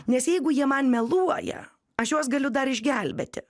nes jeigu jie man meluoja aš juos galiu dar išgelbėti